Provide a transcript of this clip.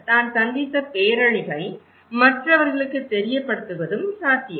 தான் சந்தித்த பேரழிவை மற்றவர்களுக்கு தெரியப்படுத்துவதும் சாத்தியம்